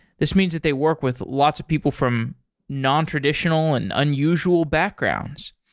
this means that they work with lots of people from nontraditional and unusual backgrounds.